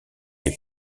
les